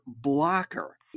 blocker